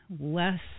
less